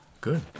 Good